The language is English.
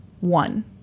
One